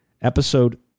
episode